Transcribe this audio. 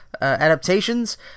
adaptations